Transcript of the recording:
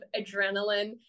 adrenaline